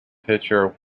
pitcher